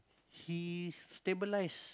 he stabilizers